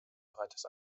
breites